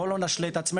בואו לא נשלה את עצמנו.